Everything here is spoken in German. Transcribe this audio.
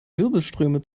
wirbelströme